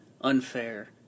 unfair